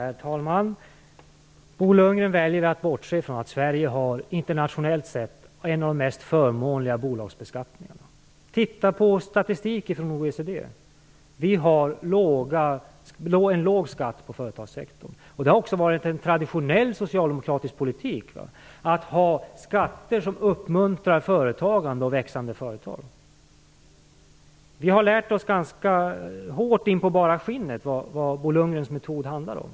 Herr talman! Bo Lundgren väljer att bortse från att Sverige internationellt sett har en av de mest förmånliga bolagsbeskattningarna. Titta på statistik från OECD! Vi har en låg skatt på företagssektorn. Det har varit traditionell socialdemokratisk politik att ha skatter som uppmuntrar företagande och växande företag. Vi har lärt oss ganska hårt in på bara skinnet vad Bo Lundgrens metod handlar om.